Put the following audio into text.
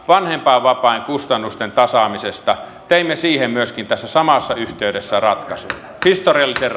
vanhempainvapaan kustannusten tasaamiseen teimme myöskin tässä samassa yhteydessä ratkaisun historiallisen